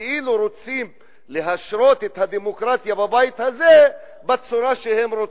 שכאילו רוצים להשרות את הדמוקרטיה בבית הזה בצורה שהם רוצים?